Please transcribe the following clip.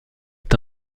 est